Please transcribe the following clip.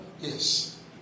Yes